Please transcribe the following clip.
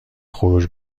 خروج